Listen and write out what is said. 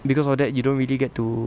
because of that you don't really get to